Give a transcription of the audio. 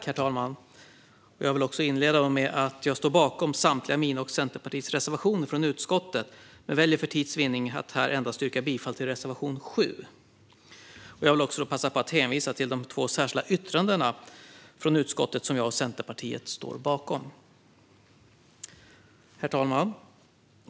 Herr talman! Jag står bakom samtliga mina och Centerpartiets reservationer, men väljer för tids vinnande att yrka bifall endast till reservation 7. Jag vill också passa på att hänvisa till de två särskilda yttranden som jag och Centerpartiet står bakom. Herr talman!